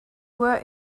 were